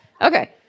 Okay